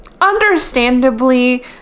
understandably